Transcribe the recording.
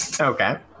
Okay